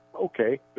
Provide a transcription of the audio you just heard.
okay